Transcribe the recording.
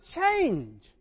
change